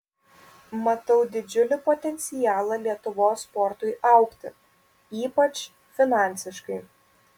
matau didžiulį potencialą lietuvos sportui augti ypač finansiškai